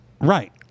Right